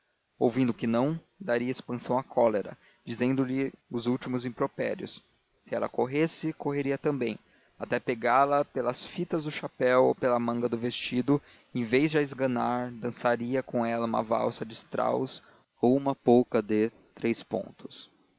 ouvindo que não daria expansão à cólera dizendo-lhe os últimos impropérios se ela corresse correria também até pegá-la pelas fitas do chapéu ou pela manga do vestido e em vez de a esganar dançaria com ela uma valsa de strauss ou uma polca